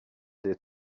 des